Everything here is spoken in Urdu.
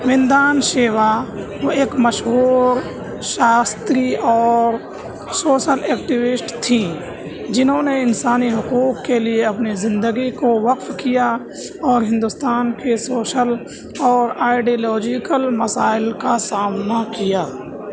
مندان شیوا وہ ایک مشہور شاستری اور سوشل ایکٹیویسٹ تھی جنہوں نے انسانی حقوق کے لیے اپنی زندگی کو وقف کیا اور ہندوستان کے سوشل اور آئیڈیالوجیکل مسائل کا سامنا کیا